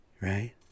right